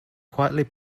quietly